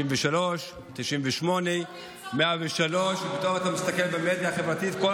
93, 98, 103. כל נרצח הוא עולם ומלואו.